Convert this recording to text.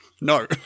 No